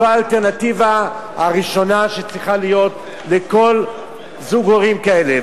זו האלטרנטיבה הראשונה שצריכה להיות לכל זוג הורים כאלה.